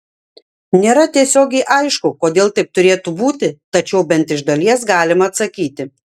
nėra tiesiogiai aišku kodėl taip turėtų būti tačiau bent iš dalies galima atsakyti